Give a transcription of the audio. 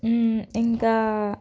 ఇంకా